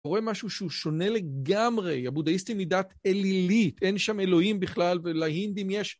אני רואה משהו שהוא שונה לגמרי, הבודהיסטים היא אלילית, אין שם אלוהים בכלל ולהינדים יש.